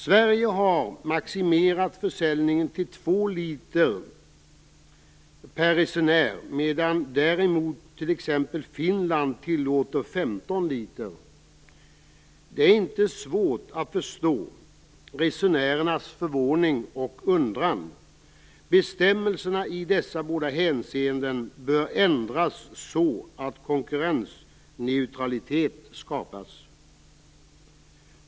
Sverige har maximerat försäljningen till 2 liter per resenär, medan däremot t.ex. Finland tillåter 15 liter. Det är inte svårt att förstå resenärernas förvåning och undran. Bestämmelserna i dessa båda hänseenden bör ändras så att konkurrensneutralitet skapas.